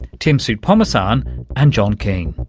tim soutphommasane and john keane.